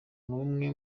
numwe